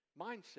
mindset